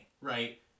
right